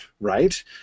right